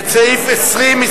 את סעיף 19,